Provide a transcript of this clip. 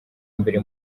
mbere